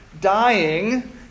dying